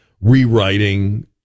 rewriting